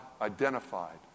identified